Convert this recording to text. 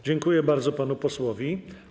Dziękuję bardzo panu posłowi.